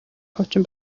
хуучин